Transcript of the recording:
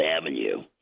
Avenue